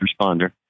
responder